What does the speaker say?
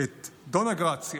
את דונה גרציה